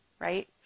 Right